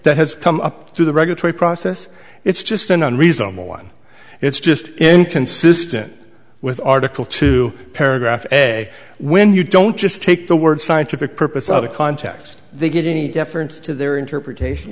that has come up through the regulatory process it's just an unreasonable one it's just inconsistent with article two paragraph a when you don't just take the word scientific purpose of a context they get any deference to their interpretation